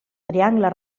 triangle